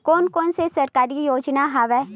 कोन कोन से सरकारी योजना हवय?